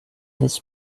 this